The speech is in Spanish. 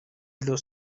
los